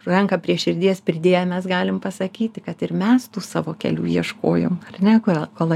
ranką prie širdies pridėję mes galim pasakyti kad ir mes tų savo kelių ieškojom ar ne kol kol